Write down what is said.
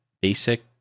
basic